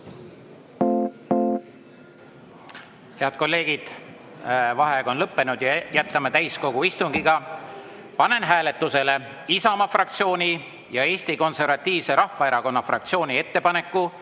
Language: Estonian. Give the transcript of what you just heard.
Head kolleegid, vaheaeg on lõppenud. Jätkame täiskogu istungit. Panen hääletusele Isamaa fraktsiooni ja Eesti Konservatiivse Rahvaerakonna fraktsiooni ettepaneku